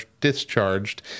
discharged